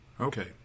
Okay